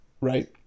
Right